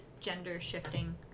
gender-shifting